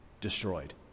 destroyed